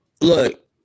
look